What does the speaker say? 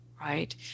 Right